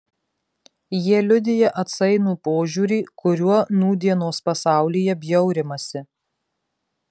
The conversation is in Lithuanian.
jie liudija atsainų požiūrį kuriuo nūdienos pasaulyje bjaurimasi